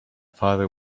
father